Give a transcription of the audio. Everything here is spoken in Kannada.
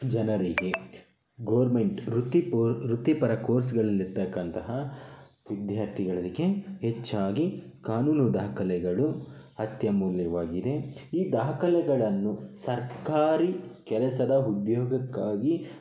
ಜನರಿಗೆ ಗೋರ್ಮೆಂಟ್ ವೃತ್ತಿಪೂ ವೃತ್ತಿಪರ ಕೋರ್ಸ್ಗಳಲ್ಲಿರತಕ್ಕಂತಹ ವಿದ್ಯಾರ್ಥಿಗಳದಿಕೆ ಹೆಚ್ಚಾಗಿ ಕಾನೂನು ದಾಖಲೆಗಳು ಅತ್ಯಮೂಲ್ಯವಾಗಿದೆ ಈ ದಾಖಲೆಗಳನ್ನು ಸರ್ಕಾರಿ ಕೆಲಸದ ಉದ್ಯೋಗಕ್ಕಾಗಿ